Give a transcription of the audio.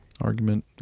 argument